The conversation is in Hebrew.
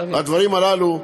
הדברים הללו,